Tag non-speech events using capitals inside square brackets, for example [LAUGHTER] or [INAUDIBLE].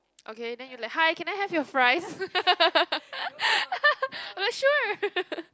okay then you like hi can I have your fries [LAUGHS] oh sure